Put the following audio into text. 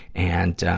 and, ah,